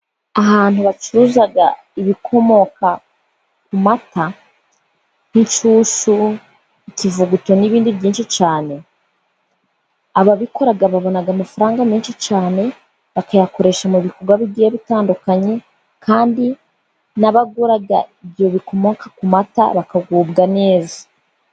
Ahantu bacuruza ibikomoka ku mata nk'inshushu, ikivuguto n'ibindi byinshi cyane. Ababikora babona amafaranga menshi cyane bakayakoresha mu bikorwa bigiye bitandukanye. Kandi n'abagura ibyo bikomoka ku mata bakagubwa neza.